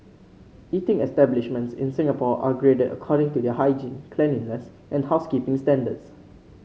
eating establishments in Singapore are graded according to their hygiene cleanliness and housekeeping standards